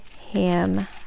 him